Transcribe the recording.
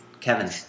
Kevin